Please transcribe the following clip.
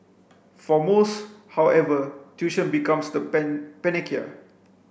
for most however tuition becomes the panacea